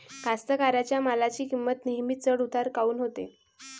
कास्तकाराइच्या मालाची किंमत नेहमी चढ उतार काऊन होते?